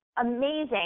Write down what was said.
amazing